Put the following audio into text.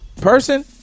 person